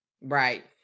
Right